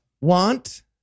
want